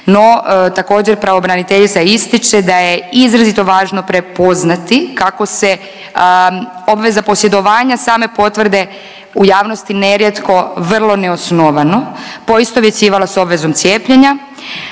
No također pravobraniteljica ističe da je izrazito važno prepoznati kako se obveza posjedovanja same potvrde u javnosti nerijetko vrlo neosnovano poistovjećivala s obvezom cijepljenja